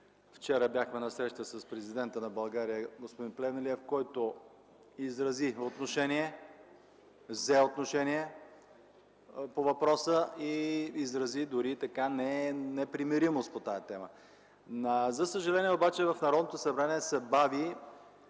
Вчера бяхме на среща с президента на България господин Плевнелиев, който взе отношение по въпроса и дори изрази непримиримост по тази тема. За съжаление обаче в Народното събрание се бави